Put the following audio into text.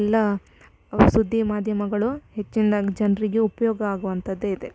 ಎಲ್ಲ ಸುದ್ದಿ ಮಾಧ್ಯಮಗಳು ಹೆಚ್ಚಿನ್ದಾಗಿ ಜನರಿಗೆ ಉಪಯೋಗ ಆಗುವಂಥದ್ದೇ ಇದೆ